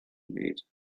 made